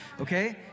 okay